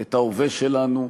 את ההווה שלנו,